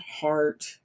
Heart